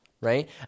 Right